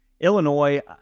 Illinois